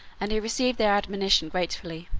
and he received their admonition gratefully.